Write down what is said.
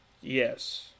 Yes